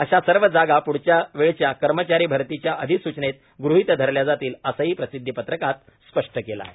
अशा सर्व जागा प्रढच्या वेळच्या कर्मचारी भरतीच्या अधिसूचनेत गृहीत धरल्या जातील असंही प्रसिद्वीपत्रकात स्पष्ट केलं आहे